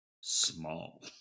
small